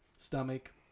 Stomach